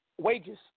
Wages